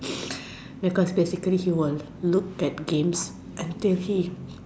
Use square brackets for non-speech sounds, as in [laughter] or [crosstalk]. [noise] because basically he was look at games until he